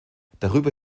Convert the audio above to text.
darüber